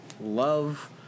love